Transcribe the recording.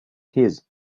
his